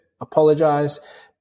Apologize